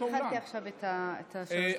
התחלתי עכשיו את שלוש הדקות.